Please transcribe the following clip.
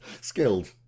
Skilled